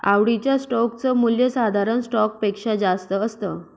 आवडीच्या स्टोक च मूल्य साधारण स्टॉक पेक्षा जास्त असत